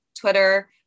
twitter